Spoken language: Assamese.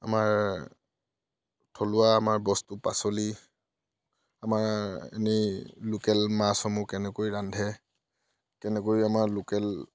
আমাৰ থলুৱা আমাৰ বস্তু পাচলি আমাৰ এনেই লোকেল মাছসমূহ কেনেকৈ ৰান্ধে কেনেকৈ আমাৰ লোকেল